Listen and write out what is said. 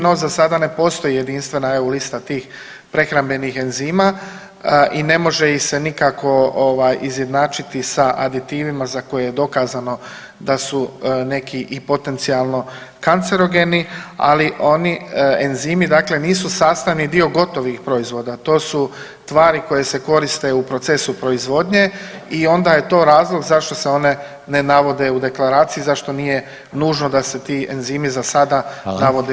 No za sada ne postoji jedinstvena EU lista tih prehrambenih enzima i ne može ih se nikako ovaj izjednačiti sa aditivima za koje je dokazano da su neki i potencionalno kancerogeni, ali oni enzimi dakle nisu sastavni dio gotovih proizvoda, to su tvari koje se koriste u procesu proizvodnje i onda je to razlog zašto se one ne navode u deklaraciji i zašto nije nužno da se ti enzimi za sada navode u deklaraciji.